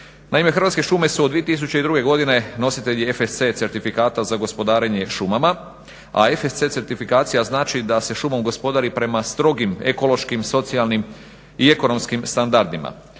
Naime, Hrvatske šume su od 2002. godine nositelji fsc certifikata za gospodarenje šumama. A fsc certifikacija znači da se šumom gospodari prema strogim ekološkim, socijalnim i ekonomskim standardima.